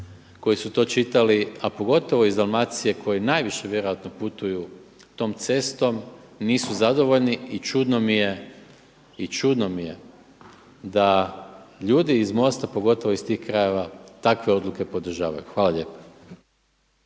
koji su to čitali, a pogotovo iz Dalmacije koji najviše vjerojatno putuju tom cestom nisu zadovoljni i čudno mi je, čudno mi je da ljudi iz MOST-a pogotovo iz tih krajeva takve odluke podržavaju. Hvala lijepa.